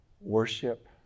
worship